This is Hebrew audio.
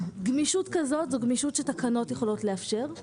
גמישות כזו היא גמישות שתקנות יכולות לאפשר.